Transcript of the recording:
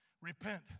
Repent